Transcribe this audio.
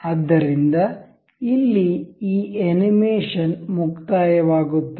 ಆದ್ದರಿಂದ ಇಲ್ಲಿ ಈ ಅನಿಮೇಷನ್ ಮುಕ್ತಾಯವಾಗುತ್ತದೆ